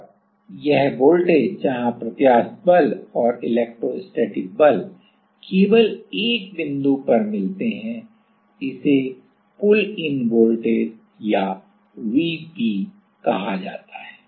और यह वोल्टेज जहां प्रत्यास्थ बल और इलेक्ट्रोस्टैटिक बल केवल एक बिंदु पर मिलते हैं इसे पुल इन वोल्टेज या Vp कहा जाता है